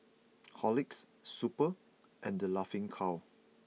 Horlicks Super and The Laughing Cow